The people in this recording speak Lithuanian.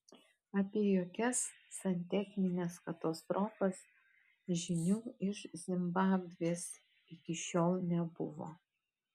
apie jokias santechnines katastrofas žinių iš zimbabvės iki šiol nebuvo